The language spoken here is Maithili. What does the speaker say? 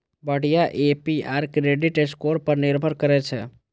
बढ़िया ए.पी.आर क्रेडिट स्कोर पर निर्भर करै छै